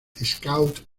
scout